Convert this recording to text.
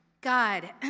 God